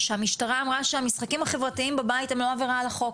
שהמשטרה אמרה שהמשחקים החברתיים בבית הם לא עבירה על החוק.